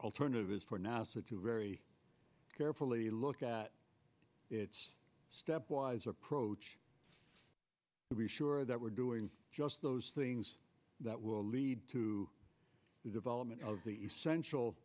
alternative is for nasa to very carefully look at its stepwise approach to be sure that we're doing just those things that will lead to the development of the essential